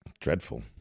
dreadful